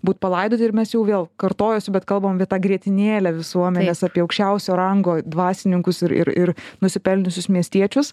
būt palaidoti ir mes jau vėl kartojuosi bet kalbam tą grietinėlę visuomenės apie aukščiausio rango dvasininkus ir ir ir nusipelniusius miestiečius